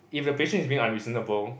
if the patient is being unreasonable